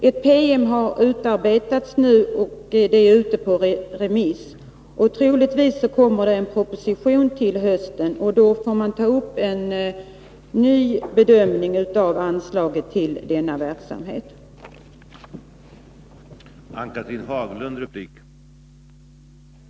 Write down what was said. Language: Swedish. En PM har utarbetats och är ute på remiss. Troligtvis kommer det en proposition till hösten, och då får vi ta upp frågan om anslaget till denna verksamhet till ny bedömning.